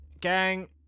gang